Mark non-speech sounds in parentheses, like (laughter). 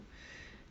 (breath)